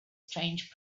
strange